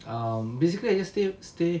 um basically I just stay stay